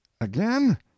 again